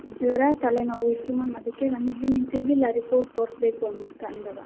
ಜ್ವರ ತಲೆನೋವು ಇತ್ತು ಮ್ಯಾಮ್ ಅದಕ್ಕೆ ಬಂದಿದ್ವಿ ನೀವು ಸಿಗಲಿಲ್ಲ ರಿಪೋರ್ಟ್ ತೋರಿಸ್ಬೇಕು ಅಂತ ಅಂದಾಗ